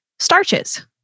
starches